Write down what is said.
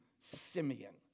Simeon